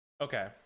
Okay